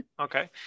okay